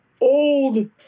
old